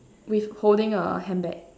with holding a handbag